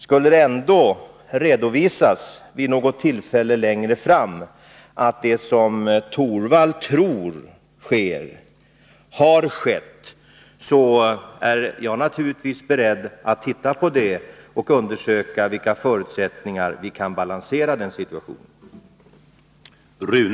Skulle det vid något tillfälle längre fram redovisas att det som Rune Torwald tror sker verkligen har skett, är jag naturligtvis beredd att studera detta och undersöka vilka förutsättningar vi har att balansera den situationen.